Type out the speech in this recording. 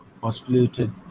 postulated